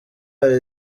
hari